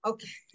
Okay